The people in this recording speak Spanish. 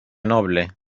noble